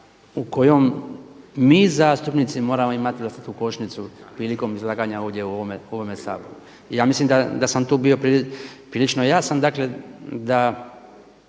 u kojoj mi zastupnici moramo imati vlastitu košnicu prilikom izlaganja ovdje u ovom Saboru. I ja mislim da sam tu bio prilično jasan, dakle da